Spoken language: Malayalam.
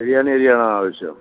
ബിരിയാണി അരിയാണോ ആവശ്യം